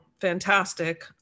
fantastic